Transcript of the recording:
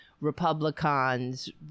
Republicans